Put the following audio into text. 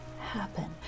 happen